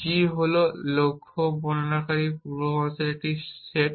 g হল লক্ষ্য বর্ণনাকারী পূর্বাভাসের একটি সেট